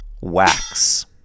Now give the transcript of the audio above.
Wax